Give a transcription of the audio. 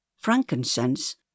frankincense